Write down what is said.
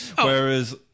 Whereas